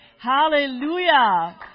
Hallelujah